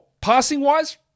Passing-wise